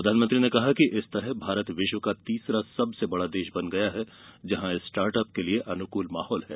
प्रधानमंत्री ने कहा कि इस तरह भारत विश्व का तीसरा सबसे बड़ा देश बन गया है जहां स्टार्ट अप के लिए अनुकूल माहौल है